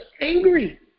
angry